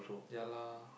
ya lah